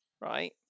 right